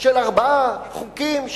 של ארבעה חוקים,